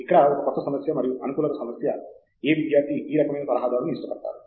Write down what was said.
ఇక్కడ ఒక కొత్త సమస్య మరియు అనుకూలత సమస్య ఏ విద్యార్థి ఈ రకమైన సలహాదారుడిని ఇష్టపడతారు